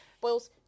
boils